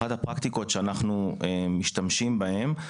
אחת הפרקטיקות שאנחנו משתמשים בהן,